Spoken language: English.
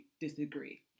disagree